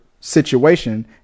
situation